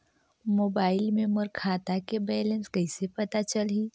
Mobile मे मोर खाता के बैलेंस कइसे पता चलही?